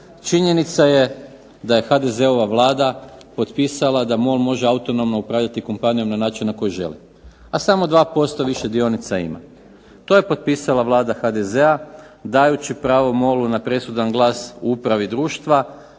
Činjenica je da je HDZ-ova Vlada potpisala da MOL može autonomno upravljati kompanijom na način na koji želi, a samo 2% više dionica ima, to je potpisala Vlada HDZ-a dajući MOL-u na presudan glas u upravi društva,a